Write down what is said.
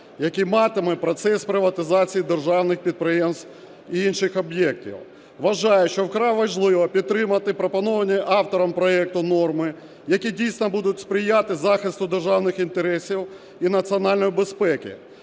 які матиме процес приватизації державних підприємств і інших об'єктів. Вважаю, що вкрай важливо підтримати пропоновані автором проекту норми, які дійсно будуть сприяти захисту державних інтересів і національної безпеки,